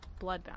Bloodbound